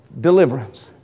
deliverance